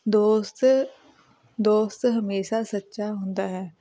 ਦੋਸਤ ਦੋਸਤ ਹਮੇਸ਼ਾਂ ਸੱਚਾ ਹੁੰਦਾ ਹੈ